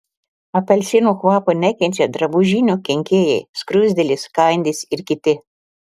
apelsinų kvapo nekenčia drabužinių kenkėjai skruzdėlės kandys ir kiti